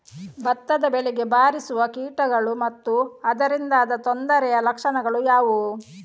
ಭತ್ತದ ಬೆಳೆಗೆ ಬಾರಿಸುವ ಕೀಟಗಳು ಮತ್ತು ಅದರಿಂದಾದ ತೊಂದರೆಯ ಲಕ್ಷಣಗಳು ಯಾವುವು?